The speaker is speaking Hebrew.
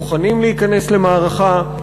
מוכנים להיכנס למערכה,